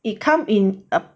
it come in a